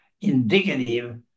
indicative